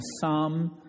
psalm